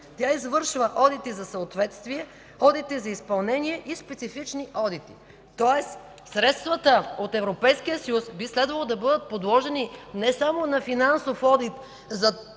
тя извършва: одити за съответствие; одити на изпълнението; специфични одити. Тоест средствата от Европейския съюз би следвало да бъдат подложени не само на финансов одит за сметките